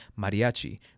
mariachi